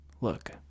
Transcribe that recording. look